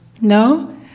No